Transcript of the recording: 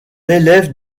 élève